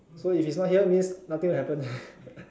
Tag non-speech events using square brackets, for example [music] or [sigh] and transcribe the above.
so if he is not here means nothing will happen [laughs]